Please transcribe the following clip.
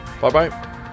Bye-bye